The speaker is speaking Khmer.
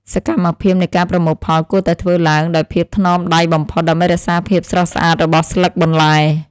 សកម្មភាពនៃការប្រមូលផលគួរតែធ្វើឡើងដោយភាពថ្នមដៃបំផុត ដើម្បីរក្សាភាពស្រស់ស្អាតរបស់ស្លឹកបន្លែ។